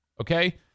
Okay